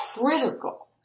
critical